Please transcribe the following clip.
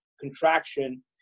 contraction